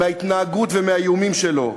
מההתנהגות ומהאיומים שלו.